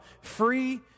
free